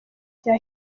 cya